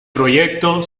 proyecto